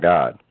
God